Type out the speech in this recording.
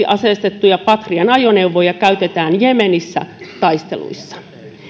aseistettuja patrian ajoneuvoja käytetään jemenissä taisteluissa